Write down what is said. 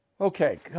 Okay